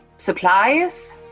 Supplies